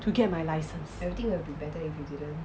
to get my licence